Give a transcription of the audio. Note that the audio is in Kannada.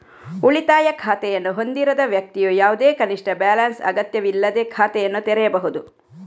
ಉಳಿತಾಯ ಖಾತೆಯನ್ನು ಹೊಂದಿರದ ವ್ಯಕ್ತಿಯು ಯಾವುದೇ ಕನಿಷ್ಠ ಬ್ಯಾಲೆನ್ಸ್ ಅಗತ್ಯವಿಲ್ಲದೇ ಖಾತೆಯನ್ನು ತೆರೆಯಬಹುದು